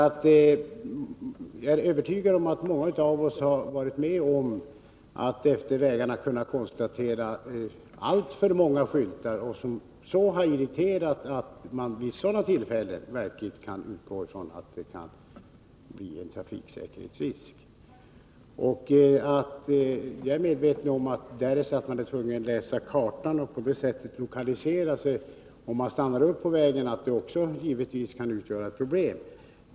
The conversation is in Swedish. Jag är övertygad om att många av oss har varit med om att kunna notera alltför många skyltar utefter vägarna som har irriterat så att man kan utgå ifrån att de innebär en trafiksäkerhetsrisk. Om man är tvungen att läsa kartan för att lokalisera sig och stanna upp på vägen kan det givetvis utgöra ett problem.